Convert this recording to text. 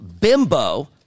bimbo